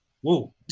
Whoa